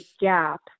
gap